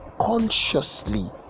consciously